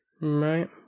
Right